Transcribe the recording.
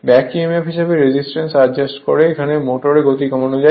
back Emf হিসাবে resistance adjust করে এখানে মোটরের গতি কমানো যায়